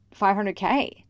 500k